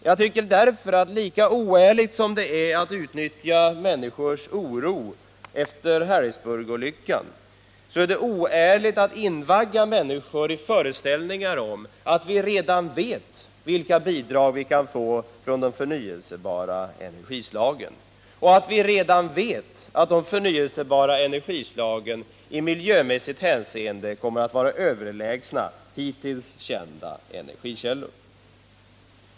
Jag tycker därför att lika väl som det är oärligt att utnyttja människors oro efter Harrisburgolyckan, så är det oärligt att invagga människor i föreställningar om att vi redan vet vilka bidrag vi kan få från de förnyelsebara energislagen och att vi redan vet att de förnyelsebara energislagen i miljöhänseende kommer att vara överlägsna hittills kända energikällor.